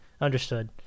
Understood